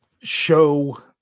show